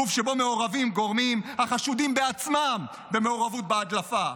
גוף שבו מעורבים גורמים החשודים בעצמם במעורבות בהדלפה,